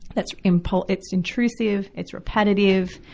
that impul, it's intrusive, it's repetitive,